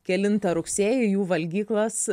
kelintą rugsėjį jų valgyklas